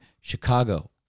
Chicago